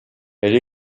elle